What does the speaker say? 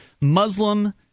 Muslim –